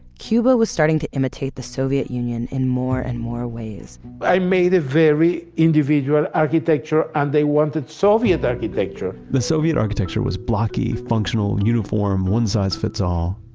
cuba was starting to imitate the soviet union in more and more ways i made a very individual architecture and they wanted soviet architecture. the soviet architecture was blocky, functional, uniform, one size fits all.